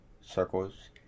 circles